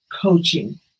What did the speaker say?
coaching